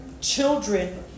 Children